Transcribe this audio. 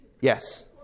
Yes